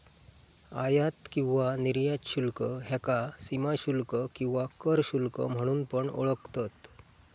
आयात किंवा निर्यात शुल्क ह्याका सीमाशुल्क किंवा कर शुल्क म्हणून पण ओळखतत